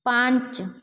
पाँच